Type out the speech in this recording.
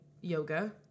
yoga